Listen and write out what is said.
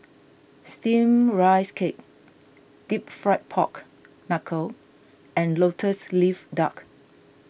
Steamed Rice Cake Deep Fried Pork Knuckle and Lotus Leaf Duck